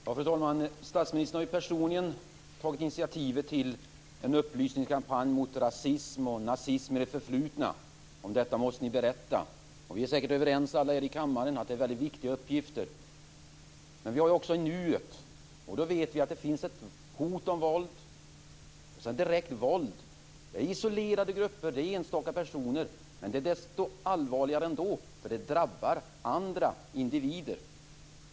Fru talman! Statsministern har personligen tagit initiativet till en upplysningskampanj som rasism och nazism i det förflutna, Om detta må ni berätta. Vi är säkert överens alla här i kammaren att det är en väldigt viktig uppgift. Men vi har också nuet. Vi vet att det finns hot om våld, direkt våld. Det är isolerade grupper och enstaka personer. Men det är desto allvarligare, eftersom det drabbar andra individer.